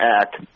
act